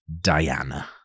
Diana